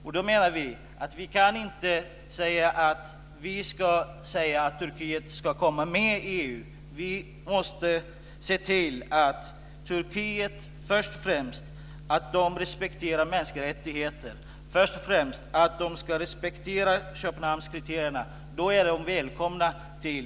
Jag menar att vi inte kan säga att Turkiet ska komma med i EU. Vi måste se till att Turkiet respekterar mänskliga rättigheter och först och främst Köpenhamnskriterierna. Då är Turkiet välkommet till